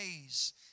days